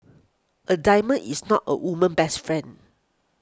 a diamond is not a woman's best friend